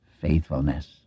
faithfulness